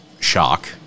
shock